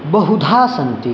बहुधा सन्ति